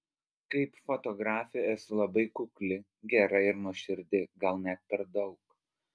kaip fotografė esu labai kukli gera ir nuoširdi gal net per daug